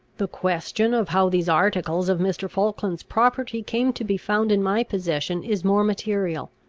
the question of how these articles of mr. falkland's property came to be found in my possession, is more material.